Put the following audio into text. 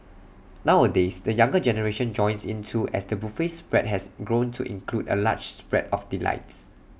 nowadays the younger generation joins in too as the buffet spread has grown to include A large spread of delights